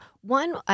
One